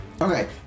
Okay